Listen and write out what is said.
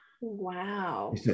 Wow